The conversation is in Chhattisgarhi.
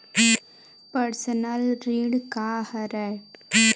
पर्सनल ऋण का हरय?